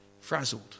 frazzled